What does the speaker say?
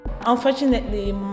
Unfortunately